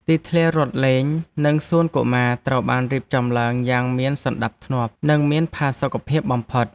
ទីធ្លារត់លេងនិងសួនកុមារត្រូវបានរៀបចំឡើងយ៉ាងមានសណ្តាប់ធ្នាប់និងមានផាសុកភាពបំផុត។